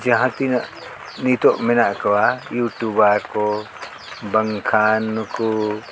ᱡᱟᱦᱟᱸ ᱛᱤᱱᱟᱹᱜ ᱱᱤᱛᱳᱜ ᱢᱮᱱᱟᱜ ᱠᱚᱣᱟ ᱤᱭᱩᱴᱩᱵᱟᱨ ᱠᱚ ᱵᱟᱝᱠᱷᱟᱱ ᱱᱩᱠᱩ